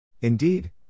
Indeed